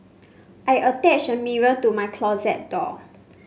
I attached a mirror to my closet door